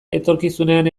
etorkizunean